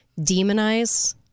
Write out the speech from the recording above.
demonize